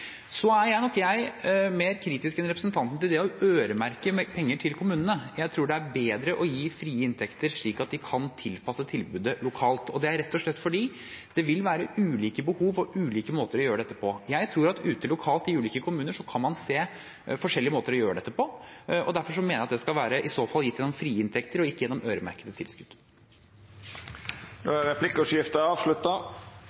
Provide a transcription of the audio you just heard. tilbudet lokalt. Det er rett og slett fordi det vil være ulike behov og ulike måter å gjøre dette på. Jeg tror at lokalt ute i ulike kommuner kan man se forskjellige måter å gjøre dette på. Derfor mener jeg det skal være gitt gjennom frie inntekter, ikke gjennom øremerkede